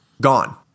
gone